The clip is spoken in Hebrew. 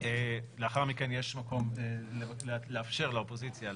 לאחר מכן יש מקום לאפשר לאופוזיציה,